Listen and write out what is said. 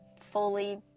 fully